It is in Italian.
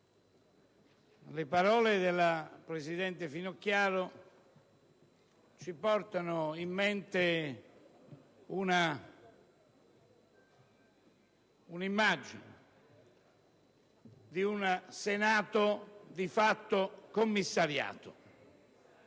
le parole della presidente Finocchiaro ci fanno venire in mente l'immagine di un Senato di fatto commissariato.